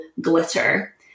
glitter